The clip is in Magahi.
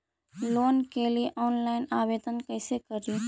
लोन के लिये ऑनलाइन आवेदन कैसे करि?